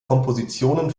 kompositionen